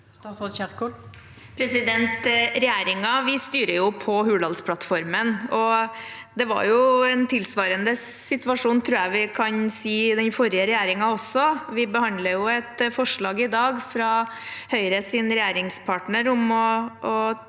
Kjerkol Regjeringen styrer på Hurdalsplattformen, og det var en tilsvarende situasjon – tror jeg vi kan si – i den forrige regjeringen også. Vi behandler et forslag i dag fra Høyres regjeringspartner om å